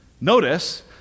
Notice